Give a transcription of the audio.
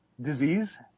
disease